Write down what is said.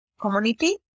community